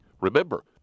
Remember